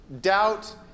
doubt